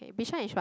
bishan is what